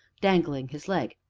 dangling his leg.